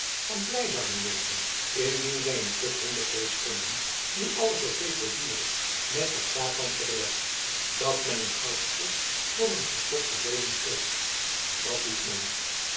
en blij zouden wezen indien zij een stuk hondevleesch vonden nu alles zoo peperduur is met dat satansche beleg dat men een goudstuk voor een gestopten beuling geeft dat doet men